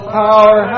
power